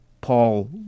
Paul